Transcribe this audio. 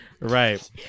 Right